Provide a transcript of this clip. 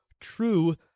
true